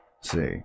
see